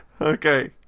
Okay